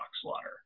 slaughter